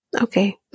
okay